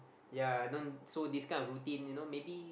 yea I don't so this kind of routine you know maybe